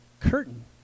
curtain